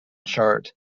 chart